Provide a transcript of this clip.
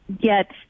get